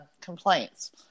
complaints